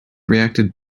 reacted